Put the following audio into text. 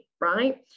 right